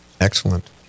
Excellent